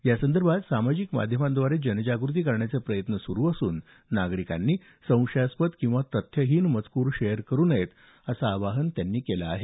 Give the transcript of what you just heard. यासंदर्भात सामाजिक माध्यमांद्वारेच जनजागृती करण्याचे प्रयत्न सुरु असून नागरिकांनी संशयास्पद किंवा तथ्य नसलेले मजकूर शेअर करु नये असं आवाहन त्यांनी केलं आहे